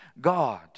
God